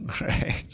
Right